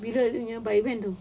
bila dia nya by when tu